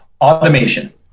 Automation